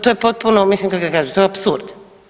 To je potpuno, mislim kak da kažem to je apsurd.